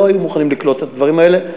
לא היו מוכנים לקלוט את הדברים האלה.